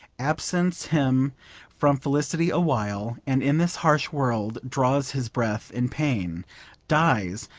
absents him from felicity a while, and in this harsh world draws his breath in pain dies,